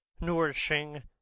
nourishing